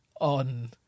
on